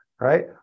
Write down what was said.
right